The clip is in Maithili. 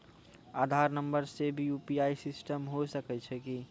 आधार नंबर से भी यु.पी.आई सिस्टम होय सकैय छै?